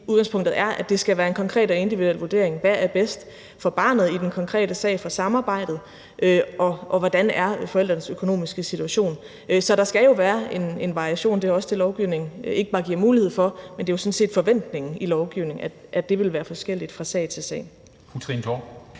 udgangspunktet er, at det skal være en konkret og individuel vurdering, hvad der er bedst for barnet i den konkrete sag, for samarbejdet, og man ser på, hvordan forældrenes økonomiske situation er. Så der skal jo være en variation. Det er også det, lovgivningen ikke bare giver mulighed for, men som der sådan set er en forventning om, altså at det vil være forskelligt fra sag til sag.